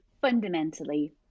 fundamentally